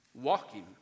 walking